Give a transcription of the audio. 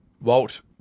Walt